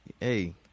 hey